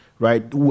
Right